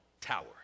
tower